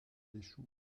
échoue